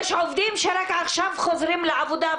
יש עובדים שרק עכשיו חוזרים לעבודה,